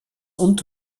und